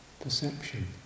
perception